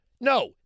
No